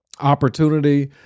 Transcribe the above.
opportunity